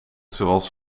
zoals